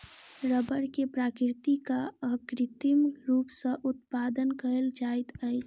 रबड़ के प्राकृतिक आ कृत्रिम रूप सॅ उत्पादन कयल जाइत अछि